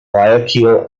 guayaquil